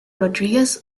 rodriguez